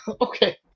Okay